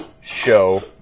show